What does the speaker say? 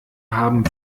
haben